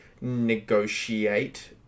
negotiate